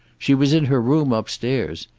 she was in her room, upstairs.